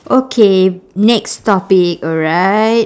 okay next topic alright